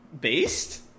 Based